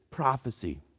prophecy